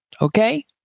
Okay